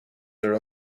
their